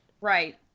right